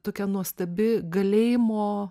tokia nuostabi galėjimo